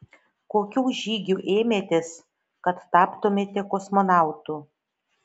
kokių žygių ėmėtės kad taptumėte kosmonautu